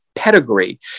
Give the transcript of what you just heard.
pedigree